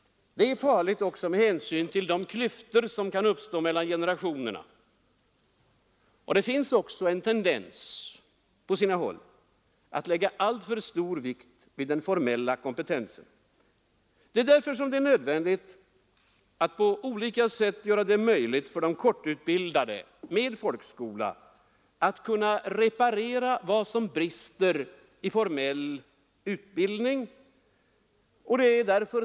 Det är farligt även med hänsyn till de klyftor som kan uppstå mellan generationerna. På sina håll finns också en tendens att lägga alltför stor vikt vid den formella kompetensen. Därför är det nödvändigt att på olika sätt göra det möjligt för de kortutbildade med folkskola att reparera vad som brister i formell utbildning.